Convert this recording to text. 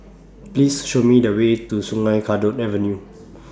Please Show Me The Way to Sungei Kadut Avenue